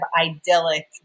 idyllic